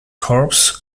corps